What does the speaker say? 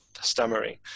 stammering